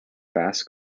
fast